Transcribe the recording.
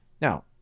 Now